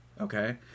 okay